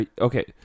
Okay